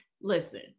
listen